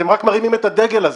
אתם רק מרימים את הדגל הזה.